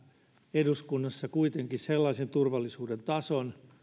eduskunnassa kuitenkin sellaisen turvallisuuden tason